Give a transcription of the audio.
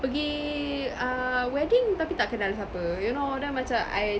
pergi ah wedding tapi tak kenal siapa you know then macam I